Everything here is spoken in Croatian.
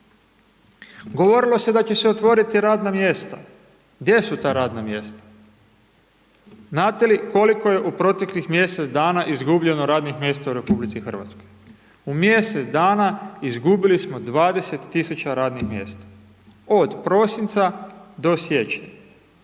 Govorilo se da će se otvoriti radna mjesta, gdje su ta radna mjesta. Znate li koliko je u proteklih mjesec dana izgubljeno radnih mjesta u RH? U mjesec dana izgubili smo 20.000 radnih mjesta, od prosinca do siječnja.